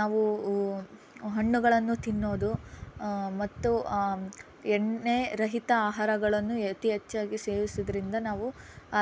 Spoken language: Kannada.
ನಾವು ಹಣ್ಣುಗಳನ್ನು ತಿನ್ನೋದು ಮತ್ತು ಎಣ್ಣೆರಹಿತ ಆಹಾರಗಳನ್ನು ಅತಿ ಹೆಚ್ಚಾಗಿ ಸೇವಿಸುದ್ರಿಂದ ನಾವು